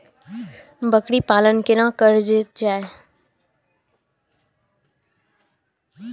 बकरी पालन केना कर जाय?